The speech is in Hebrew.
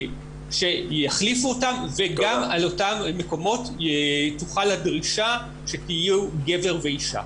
שיחליפו אותם וגם על אותם מקומות תוחל הדרישה שיהיו גבר ואישה.